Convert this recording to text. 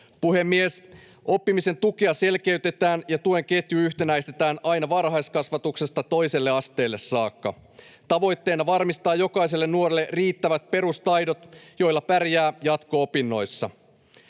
Puhemies! Oppimisen tukea selkeytetään ja tuen ketju yhtenäistetään aina varhaiskasvatuksesta toiselle asteelle saakka, tavoitteena varmistaa jokaiselle nuorelle riittävät perustaidot, joilla pärjää jatko-opinnoissa.